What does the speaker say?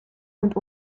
und